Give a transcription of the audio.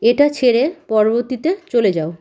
এটা ছেড়ে পরবর্তীতে চলে যাও